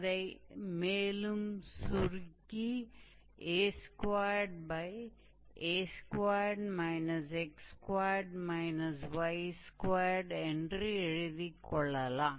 அதை மேலும் சுருக்கி a2a2 x2 y2 என்று எழுதி கொள்ளலாம்